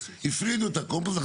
הפרידו את הקומפוסט,